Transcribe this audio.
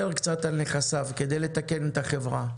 קצת על נכסיו כדי לתקן את החברה.